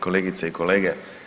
Kolegice i kolege.